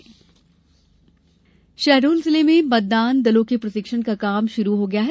चुनाव प्रशिक्षण शहडोल जिले में मतदान दलों के प्रशिक्षण का काम शुरु हो गया है